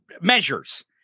measures